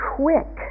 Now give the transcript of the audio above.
quick